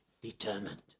determined